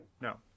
No